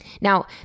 Now